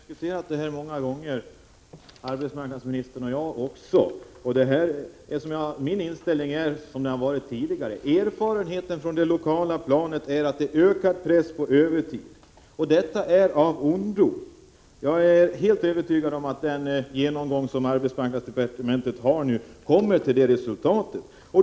Herr talman! Vi har diskuterat det här många gånger, arbetsmarknadsministern och jag också. Min inställning är den som den har varit tidigare: Erfarenheter från det lokala planet är att det förekommer ökad press för övertid, och det är av ondo. Jag är helt övertygad om att arbetsmarknadsdepartementet vid den genomgång som nu görs kommer till det resultatet.